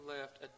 left